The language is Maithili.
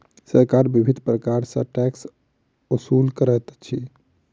सरकार विभिन्न प्रकार सॅ टैक्स ओसूल करैत अछि